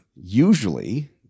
usually